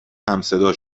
همصدا